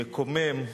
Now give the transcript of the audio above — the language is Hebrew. מקומם,